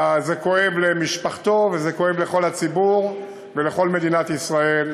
זה כואב למשפחתו וזה כואב לכל הציבור ולכל מדינת ישראל.